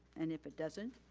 and if it doesn't,